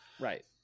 Right